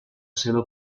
seva